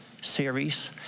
series